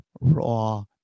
Raw